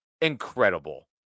incredible